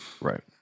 Right